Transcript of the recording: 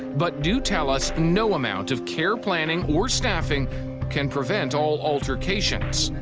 but do tell us no amount of care planning or staffing can prevent all altercations.